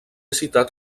citat